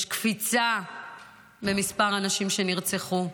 יש קפיצה במספר הנשים שנרצחו.